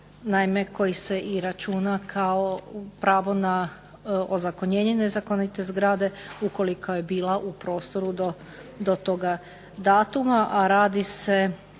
naime koji se i računa kao pravo na ozakonjenje nezakonite zgrade ukoliko je bila u prostoru do toga datuma, a radi se